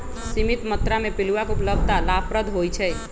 सीमित मत्रा में पिलुआ के उपलब्धता लाभप्रद होइ छइ